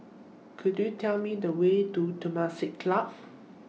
Could YOU Tell Me The Way to Temasek Club